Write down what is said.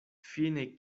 fine